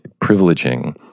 privileging